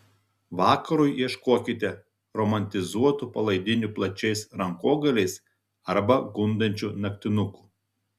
vakarui ieškokite romantizuotų palaidinių plačiais rankogaliais arba gundančių naktinukų